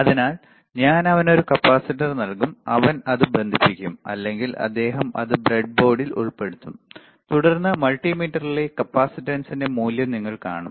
അതിനാൽ ഞാൻ അവന് ഒരു കപ്പാസിറ്റർ നൽകും അവൻ അത് ബന്ധിപ്പിക്കും അല്ലെങ്കിൽ അദ്ദേഹം അത് ബ്രെഡ്ബോർഡിൽ ഉൾപ്പെടുത്തും തുടർന്ന് മൾട്ടിമീറ്ററിലെ കപ്പാസിറ്റൻസിന്റെ മൂല്യം നിങ്ങൾ കാണും